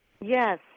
Yes